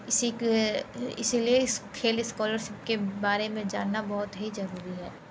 इसी के इसी लिए खेल स्कॉलरसिप के बारे में जानना बहुत ही ज़रूरी है